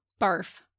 Barf